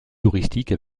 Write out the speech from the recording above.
touristique